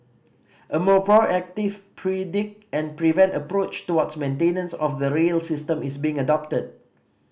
a more proactive predict and prevent approach towards maintenance of the rail system is being adopted